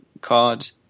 card